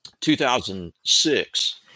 2006